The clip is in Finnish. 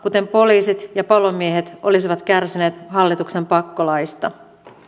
kuten poliisit ja palomiehet olisivat kärsineet hallituksen pakkolaista